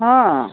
ᱦᱚᱸ